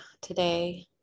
today